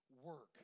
work